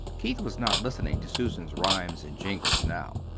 keith was not listening to susan's rhymes and jingles now,